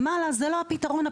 הדיון,